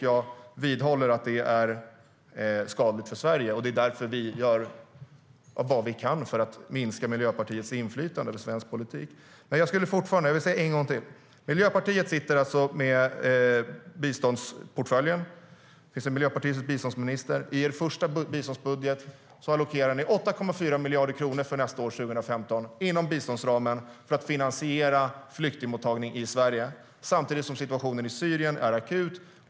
Jag vidhåller att det är skadligt för Sverige, och det är därför vi gör vad vi kan för att minska Miljöpartiets inflytande över svensk politik. Jag vill säga det en gång till: Miljöpartiet sitter med biståndsportföljen. Det finns en miljöpartistisk biståndsminister. I er första biståndsbudget allokerar ni 8,4 miljarder kronor för nästa år, 2015, inom biståndsramen för att finansiera flyktingmottagning i Sverige. Samtidigt är situationen i Syrien akut.